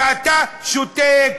ואתה שותק.